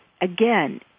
again